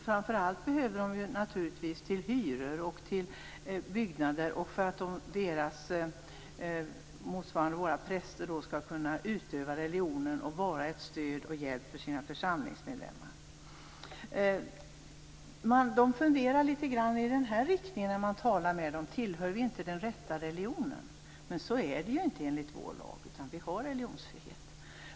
Framför allt behöver de bidrag till hyror och byggnader och för att deras motsvarighet till våra präster skall kunna utöva religionen och vara ett stöd och en hjälp för sina församlingsmedlemmar. De funderar, när man talar med dem, i den riktningen att de inte tillhör den rätta religionen. Men så är det inte enligt vår lag. Vi har religionsfrihet.